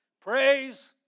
Praise